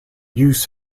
use